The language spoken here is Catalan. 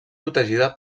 protegida